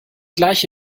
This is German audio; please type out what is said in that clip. gleich